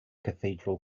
cathedral